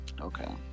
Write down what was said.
okay